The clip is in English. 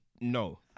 No